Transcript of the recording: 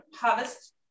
harvest